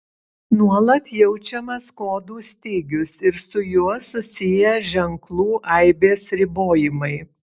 nuolat jaučiamas kodų stygius ir su juo susiję ženklų aibės ribojimai